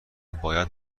باید